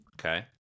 Okay